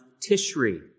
Tishri